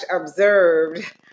observed